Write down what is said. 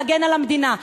להגן על המדינה.